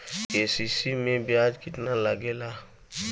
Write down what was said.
KCC में ब्याज कितना लागेला?